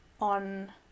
on